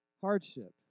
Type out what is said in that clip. hardship